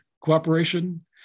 cooperation